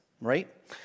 right